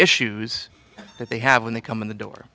issues that they have when they come in the door